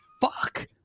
fuck